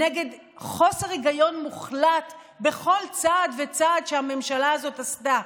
נגד חוסר היגיון מוחלט בכל צעד וצעד שהממשלה הזאת עשתה,